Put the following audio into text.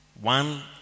one